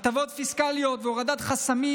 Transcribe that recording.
הטבות פיסקליות והורדת חסמים,